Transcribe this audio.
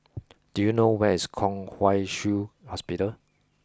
do you know where is Kwong Wai Shiu Hospital